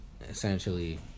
essentially